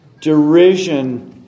derision